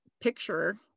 picture